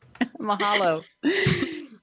mahalo